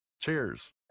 Cheers